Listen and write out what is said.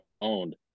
owned